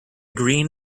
green